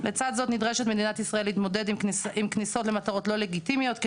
לצד זאת נדרשת מדינת ישראל להתמודד עם כניסות למטרות לא לגיטימיות,